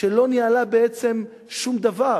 שלא ניהלה בעצם שום דבר